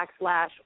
backslash